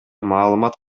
маалымат